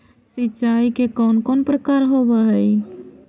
सिंचाई के कौन कौन प्रकार होव हइ?